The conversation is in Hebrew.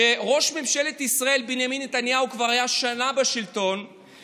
כשראש ממשלת ישראל בנימין נתניהו כבר היה שנה בשלטון,